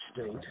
state